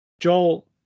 Joel